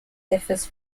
differs